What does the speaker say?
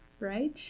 right